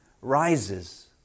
rises